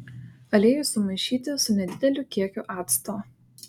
aliejų sumaišyti su nedideliu kiekiu acto